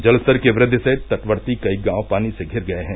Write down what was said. जलस्तर की वृद्वि से तटवर्ती कई गांव पानी से धिर गये हैं